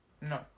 No